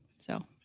so.